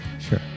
sure